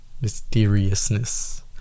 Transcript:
mysteriousness